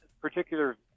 particular